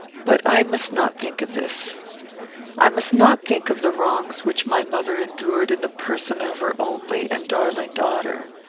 but i must not think of this i must not think of the wrongs which my mother endured in the person of her only and darling daughter.